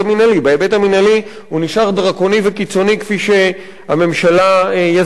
בהיבט המינהלי הוא נשאר דרקוני וקיצוני כפי שהממשלה יזמה אותו,